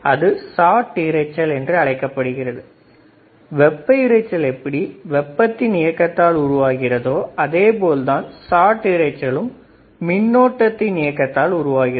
அது ஷாட் இரைச்சல் என்று அழைக்கப்படுகிறது வெப்ப இரைச்சல் எப்படி வெப்பத்தின் இயக்கத்தால் உருவாக்கியதோ அதே போல்தான் ஷாட் இரைச்சலும் மின்னோட்டத்தின் இயக்கத்தால் உருவாகிறது